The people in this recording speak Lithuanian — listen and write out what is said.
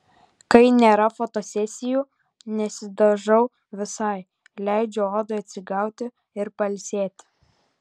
kai nėra fotosesijų nesidažau visai leidžiu odai atsigauti ir pailsėti